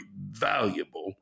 valuable